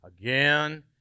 again